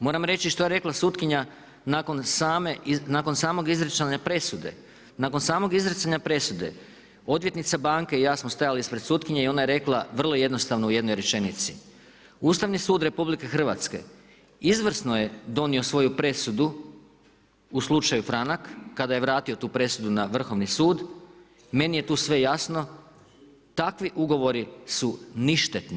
Moram reći što je rekla sutkinja nakon same izrečene presude, nakon samog izricanja presude odvjetnica banke i ja smo stajali ispred sutkinje i ona je rekla vrlo jednostavno u jednoj rečenici, Ustavni sud RH izvrsno je donio svoju presudu u slučaju Franak kada je vratio tu presudu na Vrhovni sud, meni je tu sve jasno, takvi ugovori su ništetni.